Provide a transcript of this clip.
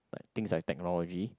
things like technology